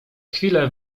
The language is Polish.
chwilę